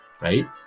right